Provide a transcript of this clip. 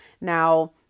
Now